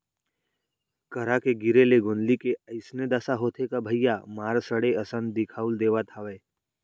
करा के गिरे ले गोंदली के अइसने दसा होथे का भइया मार सड़े असन दिखउल देवत हवय